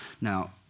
Now